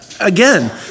Again